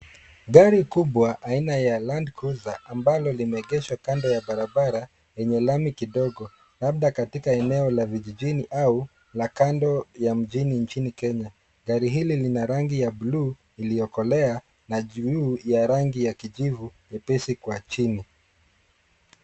Gari kubwa aina ya Landcruiser, ambalo limeegeshwa kando ya barabara yenye lami kidogo, labda katika eneo la vijijini au la kando ya mjini nchini Kenye. Gari hili lina rangi ya blue iliyokolea , na juu ya rangi ya kijivu jepesi kwa chini.